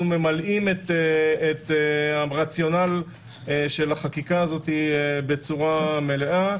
ממלאים את הרציונל של החקיקה הזאת בצורה מלאה.